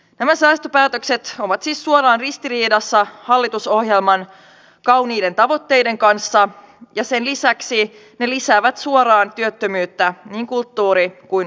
nämä säästöpäätökset ovat siis suoraan ristiriidassa hallitusohjelman kauniiden tavoitteiden kanssa ja sen lisäksi ne lisäävät suoraan työttömyyttä niin kulttuuri kuin opetusalalla